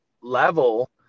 level